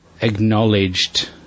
acknowledged